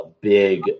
big